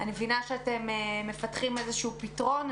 אני מבינה שאתם מפתחים איזו פתרון,